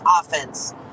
offense